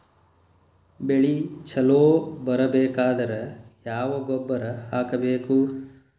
ಬೆಳಿ ಛಲೋ ಬರಬೇಕಾದರ ಯಾವ ಗೊಬ್ಬರ ಹಾಕಬೇಕು?